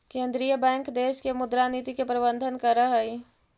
केंद्रीय बैंक देश के मुद्रा नीति के प्रबंधन करऽ हइ